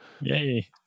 Yay